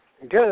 Good